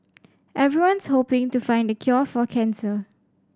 everyone's hoping to find the cure for cancer